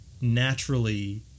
naturally